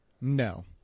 No